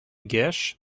gish